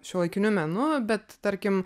šiuolaikiniu menu bet tarkim